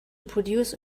produce